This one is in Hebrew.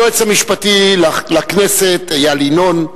היועץ המשפטי לכנסת איל ינון,